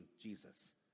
Jesus